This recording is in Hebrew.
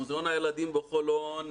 מוזיאון הילדים בחולון,